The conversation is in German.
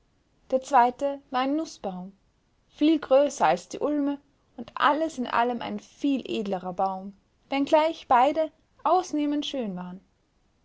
der zweite war ein nußbaum viel größer als die ulme und alles in allem ein viel edlerer baum wenngleich beide ausnehmend schön waren